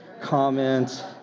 comment